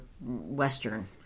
western